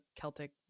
celtic